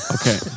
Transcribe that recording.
Okay